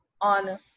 on